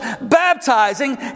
baptizing